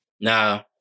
Now